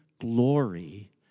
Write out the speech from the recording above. glory